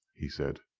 he said.